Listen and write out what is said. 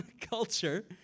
culture